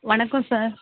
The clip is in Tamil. வணக்கம் சார்